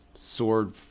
sword